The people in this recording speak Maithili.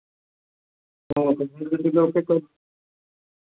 हँ ओतुक्के टिकट ओ के करू